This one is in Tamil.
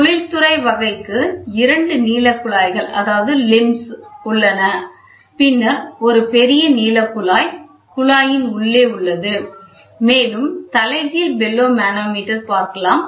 தொழில்துறை வகைக்கு இரண்டு நீள குழாய்கள் உள்ளன பின்னர் ஒரு பெரிய நீள குழாய் குழாயின் உள்ளே உள்ளது மேலும் தலைகீழ் பெல்லோ மனோமீட்டர் பார்க்கலாம்